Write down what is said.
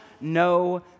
no